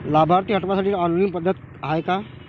लाभार्थी हटवासाठी ऑनलाईन पद्धत हाय का?